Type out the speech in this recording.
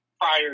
prior